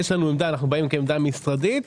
אנו באים כעמדה משרדית.